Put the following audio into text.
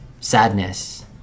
sadness